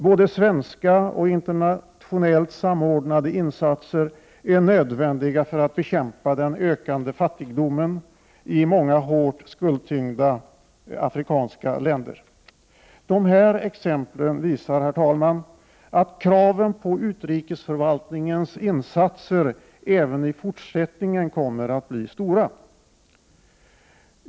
Både svenska och internationellt samordnade insatser är nödvändiga för att bekämpa den ökande fattigdomen i många hårt skuldtyngda afrikanska länder. Dessa exempel visar, herr talman, att kraven på utrikesförvaltningens insatser även i fortsättningen kommer att bli stora.